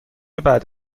بعد